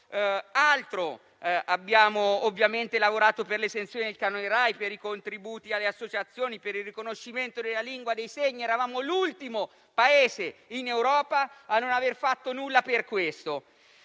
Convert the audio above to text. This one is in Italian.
abbiamo lavorato per l'esenzione dal pagamento del canone RAI, per i contributi alle associazioni, per il riconoscimento della lingua dei segni (eravamo l'ultimo Paese in Europa a non aver fatto nulla per questo);